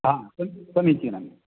हा समीचीनं